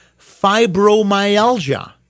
fibromyalgia